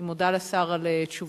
אני מודה לשר על תשובתו.